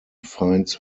finds